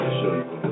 show